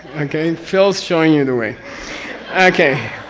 okay. phil's showing you the way okay.